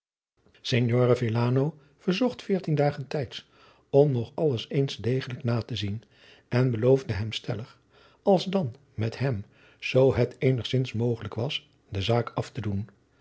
villano verzocht veertien dagen tijds om nog alles eens degelijk na te zien en beloofde hem stellig als dan met hem zoo het eenigzins mogelijk was de zaak af te doen